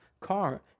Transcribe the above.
car